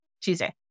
tuesday